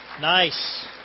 Nice